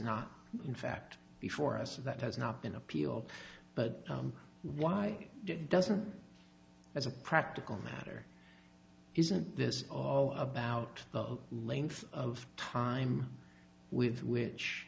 not in fact before us and that has not been appealed but why doesn't as a practical matter isn't this of about the length of time with which